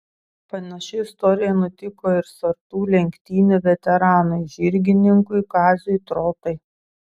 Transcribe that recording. panaši istorija nutiko ir sartų lenktynių veteranui žirgininkui kaziui trotai